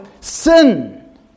sin